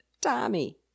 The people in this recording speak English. Tommy